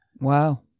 Wow